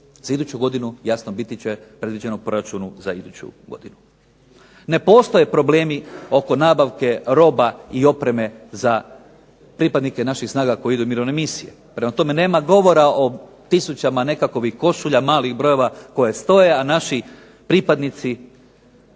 Za iduću godinu, jasno, biti će predviđeno u proračunu za iduću godinu. Ne postoje problemi oko nabavke roba i opreme za pripadnike naših snaga koji idu u mirovne misije. Prema tome nema govore o tisućama nekakvih košulja koje stoje, a naši pripadnici